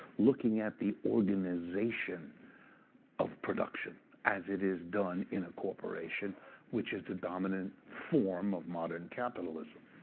looking at the organization of production as it is done in a corporation which is the dominant form of modern capitalism.